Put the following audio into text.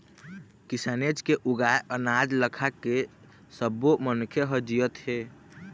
किसानेच के उगाए अनाज ल खाके सब्बो मनखे ह जियत हे